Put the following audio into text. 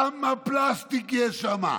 כמה פלסטיק יש שם,